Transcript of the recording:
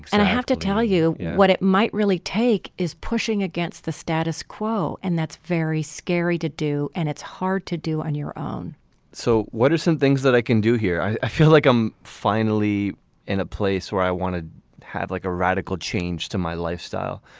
and i have to tell you what it might really take is pushing against the status quo and that's very scary to do. and it's hard to do on your own so what are some things that i can do here. i feel like i'm finally in a place where i want to have like a radical change to my lifestyle.